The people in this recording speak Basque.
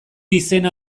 izena